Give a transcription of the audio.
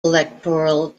electoral